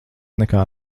nekā